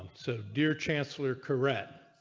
so dear chancellor correct.